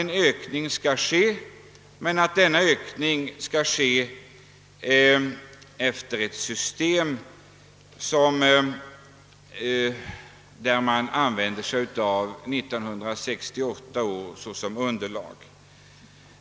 En bidragsökning skall enligt vår åsikt ske, men den bör företas enligt ett system, där medelskattekraften 1968 utgör underlag.